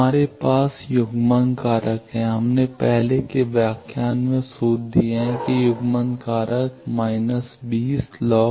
हमारे पास युग्मन कारक है हमने पहले के व्याख्यान में सूत्र दिए हैं कि युग्मन कारक −20 log